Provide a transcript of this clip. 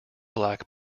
black